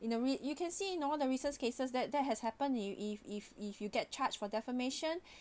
in a red you can see you know one of the reasons cases that that has happened you if if if you get charged for defamation